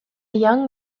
young